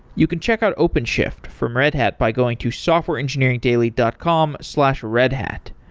you can check out openshift from red hat by going to softwareengineeringdaily dot com slash redhat.